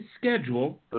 schedule